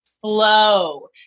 flow